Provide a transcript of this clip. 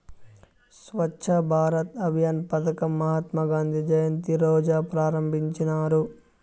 స్వచ్ఛ భారత్ అభియాన్ పదకం మహాత్మా గాంధీ జయంతి రోజా ప్రారంభించినారు